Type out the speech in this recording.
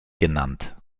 genannt